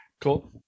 Cool